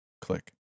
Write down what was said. Click